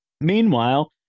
Meanwhile